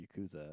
yakuza